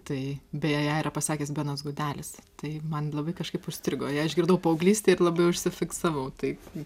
tai beje ją yra pasakęs benas gudelis tai man labai kažkaip užstrigo ją išgirdau paauglystėj ir labai užsifiksavau tai